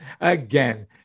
again